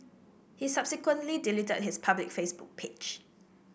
he subsequently deleted his public Facebook page